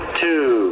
two